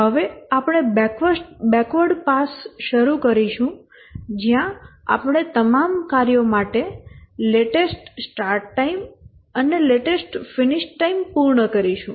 હવે આપણે backward pass શરૂ કરીશું જ્યાં આપણે તમામ કાર્યો માટે લેટેસ્ટ સ્ટાર્ટ ટાઈમ અને લેટેસ્ટ ફિનિશ ટાઈમ પૂર્ણ કરીશું